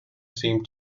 seemed